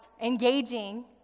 engaging